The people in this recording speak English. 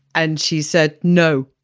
and she said, no,